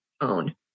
own